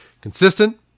Consistent